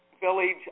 village